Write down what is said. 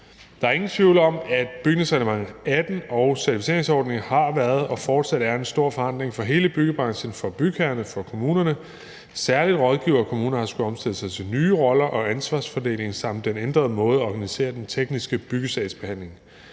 Der er ingen tvivl om, at Bygningsreglement 2018 og certificeringsordningen har været og fortsat er en stor forandring for hele byggebranchen, for bygherrerne og for kommunerne, og særlig rådgivere og kommuner har skullet omstille sig til nye roller og ny ansvarsfordeling samt til den ændrede måde at organisere den tekniske byggesagsbehandling